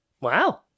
wow